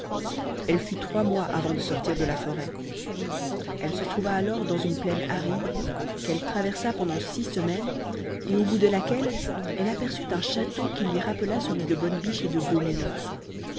elle fut trois mois avant de sortir de la forêt elle se trouva alors dans une plaine aride qu'elle traversa pendant six semaines et au bout de laquelle elle aperçut un château qui lui rappela celui de bonne biche et de